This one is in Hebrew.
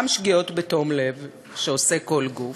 גם שגיאות בתום לב שעושה כל גוף,